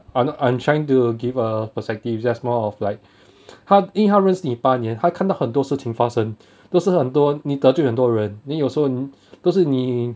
and I'm trying to give a perspective just more of like 他因为他认识你八年他看到很多事情发生 这是很多你得罪很多人你 also 都是你